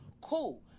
cool